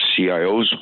CIOs